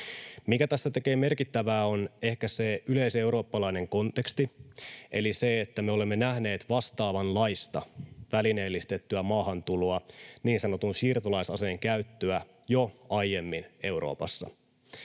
Mikä tästä tekee merkittävää, on ehkä se yleiseurooppalainen konteksti eli se, että me olemme nähneet vastaavanlaista välineellistettyä maahantuloa, niin sanotun siirtolaisaseen käyttöä, jo aiemmin Euroopassa.